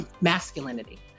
masculinity